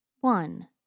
One